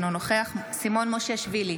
אינו נוכח סימון מושיאשוילי,